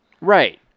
Right